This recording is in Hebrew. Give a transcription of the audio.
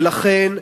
ולכן,